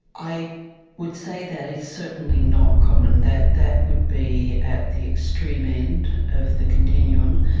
i would say that is certainly not common, that that would be at the extreme end of the continuum.